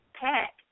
pack